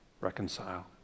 reconcile